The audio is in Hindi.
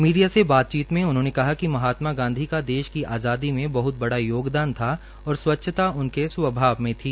मीडिया से बातचीत में उन्होंने कहा कि महात्मा गांधी का देश की आज़ादी में बहत बड़ा योगदान था और स्वच्छता उनके स्वभाव में थी